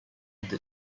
did